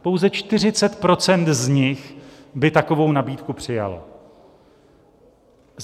Pouze 40 % z nich by takovou nabídku přijalo.